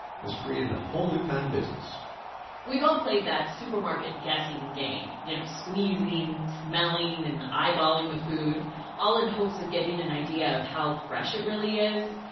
has created a whole new kind of business we've all played that supermarket guessing game you know squeezing, smelling and eyeballing the food all in hopes of getting some and idea of how fresh it really is.